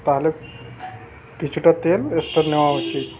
তাহলে কিছুটা তেল স্টক নেওয়া উচিত